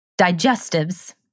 Digestives